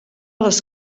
les